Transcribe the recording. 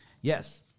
Yes